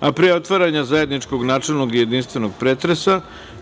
a pre otvaranja zajedničkog načelnog i jedinstvenog pretresa,